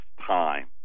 time